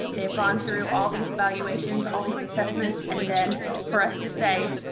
they have gone through all these evaluations, all these assessments, and then for us to say,